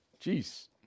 Jeez